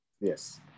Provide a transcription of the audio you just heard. Yes